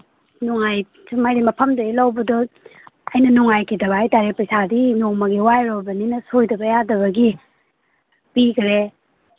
ꯁꯨꯝ ꯍꯥꯏꯗꯤ ꯃꯐꯝꯗꯒꯤ ꯂꯧꯕꯗꯣ ꯑꯩꯅ ꯅꯨꯡꯉꯥꯏꯒꯤꯗꯕ ꯍꯥꯏ ꯇꯥꯔꯦ ꯄꯩꯁꯥꯗꯤ ꯅꯣꯡꯃꯒꯤ ꯋꯥꯏꯔꯨꯔꯕꯅꯤꯅ ꯁꯣꯏꯗꯕ ꯌꯥꯗꯕꯒꯤ ꯄꯤꯒ꯭ꯔꯦ